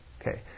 Okay